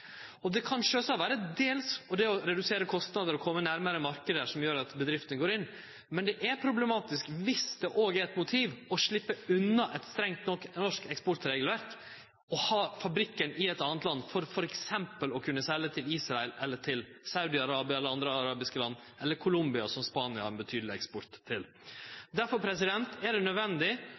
Det kan sjølvsagt dels vere det å redusere kostnadar og kome nærmare marknader som gjer at bedrifter går inn, men det er problematisk viss det er eit motiv å sleppe unna eit strengt norsk eksportregelverk og ha fabrikken i eit anna land for f.eks. å kunne selje til Israel eller til Saudi-Arabia eller andre arabiske land – eller Colombia, som Spania har ein betydeleg eksport til. Derfor er det nødvendig